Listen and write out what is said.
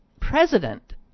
president